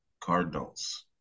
Cardinals